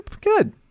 good